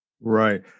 Right